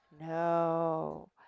No